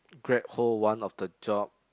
grab hold one of the job